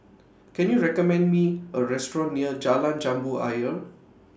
Can YOU recommend Me A Restaurant near Jalan Jambu Ayer